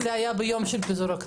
זה היה ביום פיזור הכנסת.